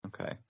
Okay